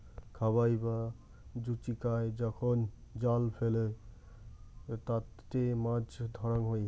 খাবাই বা জুচিকায় যখন জাল ফেলে তাতে মাছ ধরাঙ হই